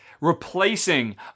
replacing